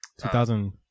2000